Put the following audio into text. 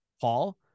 Paul